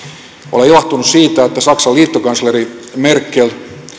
olen ilahtunut siitä että saksan liittokansleri merkel